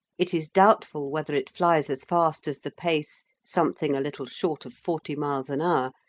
it is doubtful whether it flies as fast as the pace, something a little short of forty miles an hour,